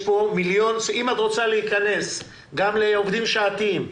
אם את רוצה להיכנס גם לעובדים שעתיים,